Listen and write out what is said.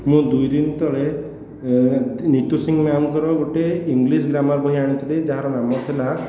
ମୁଁ ଦୁଇଦିନ ତଳେ ନିତୁ ସିଂ ମ୍ୟାମ୍ଙ୍କର ଗୋଟିଏ ଇଂଲିଶ୍ ଗ୍ରାମାର୍ ବହି ଆଣିଥିଲି ଯାହାର ନାମ ଥିଲା